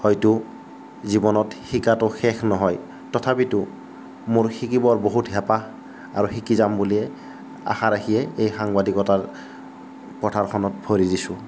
হয়তো জীৱনত শিকাটো শেষ নহয় তথাপিতো মোৰ শিকিবৰ বহুত হেঁপাহ আৰু শিকি যাম বুলিয়ে আশা ৰাখিয়ে এই সাংবাদিকতাৰ পথাৰখনত ভৰি দিছোঁ